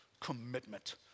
commitment